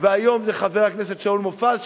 והיום זה חבר הכנסת שאול מופז,